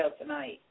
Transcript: tonight